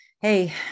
Hey